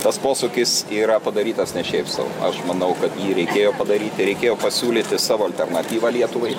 tas posūkis yra padarytas ne šiaip sau aš manau kad jį reikėjo padaryti reikėjo pasiūlyti savo alternatyvą lietuvai